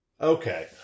Okay